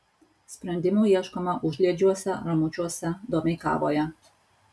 sprendimų ieškoma užliedžiuose ramučiuose domeikavoje